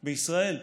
בישראל".